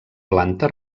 planta